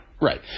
Right